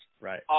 Right